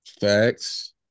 Facts